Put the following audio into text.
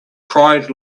cried